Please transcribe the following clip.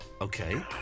Okay